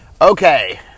Okay